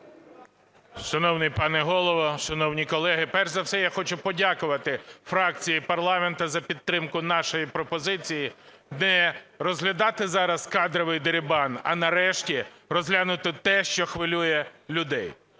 Шановний пане Голово, шановні колеги, перш за все я хочу подякувати фракції парламенту за підтримку нашої пропозиції, не розглядати зараз кадровий дерибан, а нарешті розглянути те, що хвилює людей.